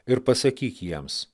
ir pasakyk jiems